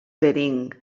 bering